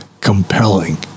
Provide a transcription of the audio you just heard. compelling